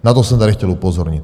Na to jsem tady chtěl upozornit.